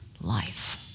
life